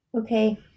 Okay